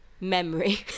memory